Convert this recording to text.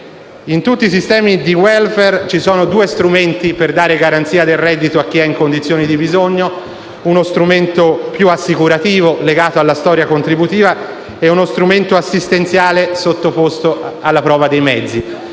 In tutti i sistemi di welfare ci sono due strumenti per dare garanzia del reddito a chi è in condizioni di bisogno: uno strumento più assicurativo, legato alla storia contributiva, e uno assistenziale, sottoposto alla prova dei mezzi.